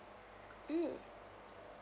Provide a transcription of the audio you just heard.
mm